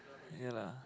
okay lah